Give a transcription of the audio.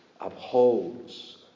upholds